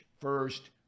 first